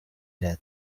death